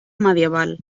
medieval